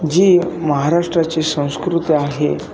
जी महाराष्ट्राची संस्कृती आहे